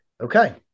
Okay